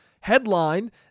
headline